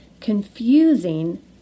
Confusing